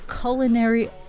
culinary